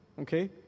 Okay